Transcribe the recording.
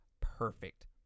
perfect